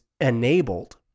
enabled